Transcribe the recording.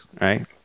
right